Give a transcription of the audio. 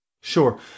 Sure